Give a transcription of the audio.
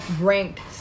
ranked